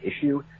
issue